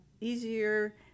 easier